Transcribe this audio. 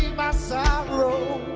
my sorrow?